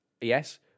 Yes